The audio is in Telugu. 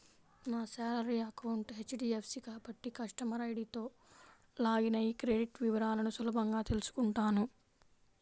నా శాలరీ అకౌంట్ హెచ్.డి.ఎఫ్.సి కాబట్టి కస్టమర్ ఐడీతో లాగిన్ అయ్యి క్రెడిట్ వివరాలను సులభంగా తెల్సుకుంటాను